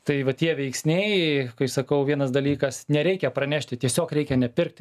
tai vat tie veiksniai kai sakau vienas dalykas nereikia pranešti tiesiog reikia nepirkti